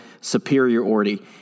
superiority